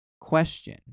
question